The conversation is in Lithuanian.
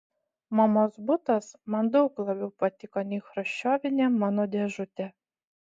mamos butas man daug labiau patiko nei chruščiovinė mano dėžutė